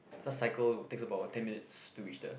just cycle would takes about ten minutes to reach there